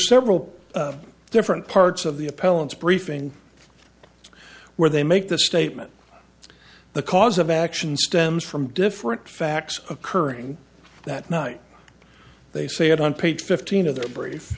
several different parts of the appellant's briefing where they make the statement the cause of action stems from different facts occurring that night they say it on page fifteen of their br